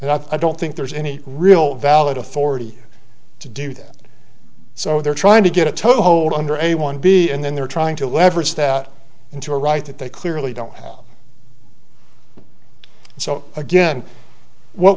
and i don't think there's any real valid authority to do that so they're trying to get a toehold under a one b and then they're trying to leverage that into a right that they clearly don't so again what